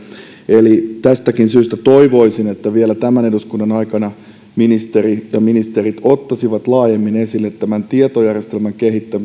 eli tästäkin syystä toivoisin että vielä tämän eduskunnan aikana ministeri ja ministerit ottaisivat laajemmin esille tämän tietojärjestelmien